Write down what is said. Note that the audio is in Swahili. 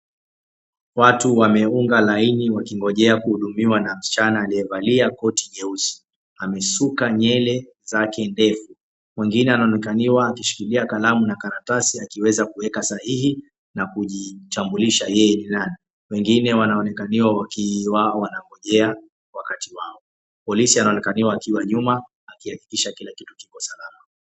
Watu wameunga laini wakingonjea kuhudumiwa na msichana aliyevalia koti jeusi amesuka nywele zake ndefu. Mwingine anaonekaniwa akishikilia kalamu na karatasi akiweza kuweka sahihi na kujitambulisha yeye ni nani. Wengine wanaonekaniwa wakiwa wanangonjea wakati wao. Polisi anaonekaniwa akiwa nyuma akihakikisha kila kitu kiko salama.